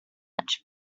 much